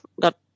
got